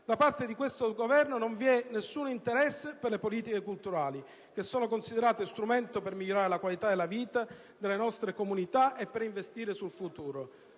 Da parte di questo Governo non vi è nessun interesse per le politiche culturali, che non sono considerate strumento per migliorare la qualità della vita delle nostre comunità e per investire sul futuro.